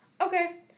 Okay